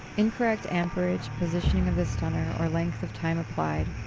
incorrect amperage, positioning of the stunner, or length of time applied,